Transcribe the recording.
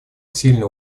сильный